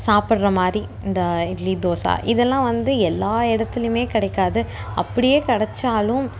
சாப்பிட்ற மாதிரி இந்த இட்லி தோசை இதெல்லாம் வந்து எல்லா இடத்துலையுமே கிடைக்காது அப்படியே கெடைச்சாலும்